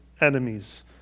enemies